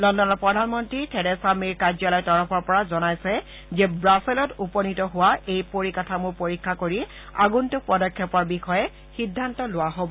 লণ্ডনত প্ৰধানমন্ত্ৰী Theresa May কাৰ্যালয়ৰ তৰফৰ পৰা জনাইছে যে ৱাছেলত উপনীত হোৱা এই পৰিকাঠামোৰ পৰীক্ষা কৰি আগন্তুক পদক্ষেপৰ বিষয়ে সিদ্ধান্ত লোৱা হব